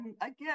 again